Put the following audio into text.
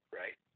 right